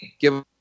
give –